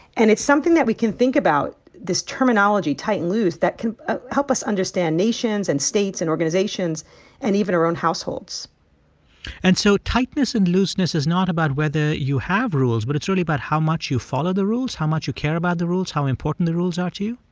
and it's something that we can think about this terminology tight and loose that can help us understand nations and states and organizations and even our own households and so tightness and looseness is not about whether you have rules. but it's really about how much you follow the rules, how much you care about the rules, how important the rules are to you?